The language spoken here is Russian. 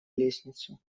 лестницу